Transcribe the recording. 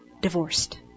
divorced